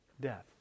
death